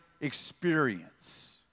experience